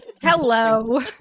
hello